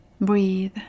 Breathe